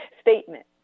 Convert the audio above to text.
statement